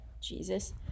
Jesus